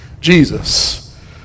Jesus